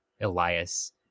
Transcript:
Elias